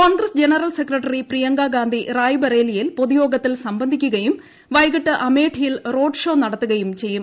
Congress general secretary Priyanka Gandhi റായ്ബറേലിയിൽ പൊതുയോഗത്തിൽ സംബന്ധിക്കുകയും വൈകിട്ട് അമേഠിയിൽ road show നടത്തു കയും ചെയ്യും